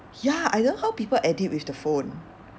ya I don't know how people edit with the phone